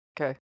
Okay